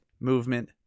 movement